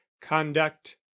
conduct